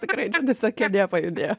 tikrai visa kėdė pajudėjo